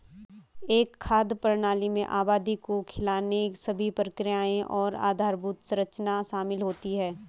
एक खाद्य प्रणाली में आबादी को खिलाने सभी प्रक्रियाएं और आधारभूत संरचना शामिल होती है